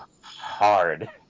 hard